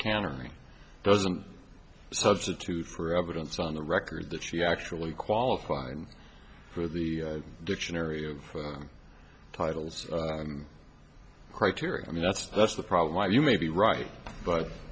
cannery doesn't substitute for evidence on the record that she actually qualified for the dictionary titles criteria i mean that's that's the problem i you may be right but